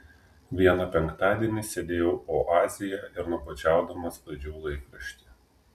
vieną penktadienį sėdėjau oazėje ir nuobodžiaudama sklaidžiau laikraštį